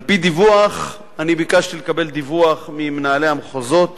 ביקשתי לקבל דיווח ממנהלי המחוזות